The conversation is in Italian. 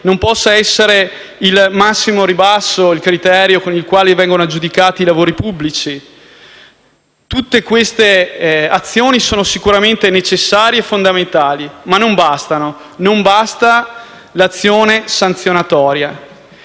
non possa essere il massimo ribasso il criterio con il quale vengono aggiudicati i lavori pubblici. Tutte queste azioni sono sicuramente necessarie e fondamentali, ma non bastano. Non basta l'azione sanzionatoria.